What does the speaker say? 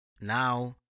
now